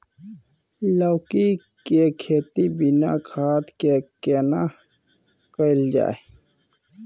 लौकी के खेती बिना खाद के केना कैल जाय?